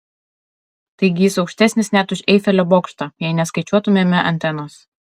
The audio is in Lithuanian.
taigi jis aukštesnis net už eifelio bokštą jei neskaičiuotumėme antenos